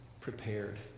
prepared